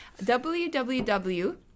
www